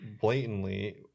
blatantly